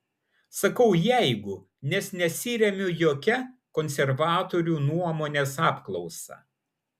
sakau jeigu nes nesiremiu jokia konservatorių nuomonės apklausa